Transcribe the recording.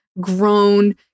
grown